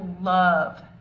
love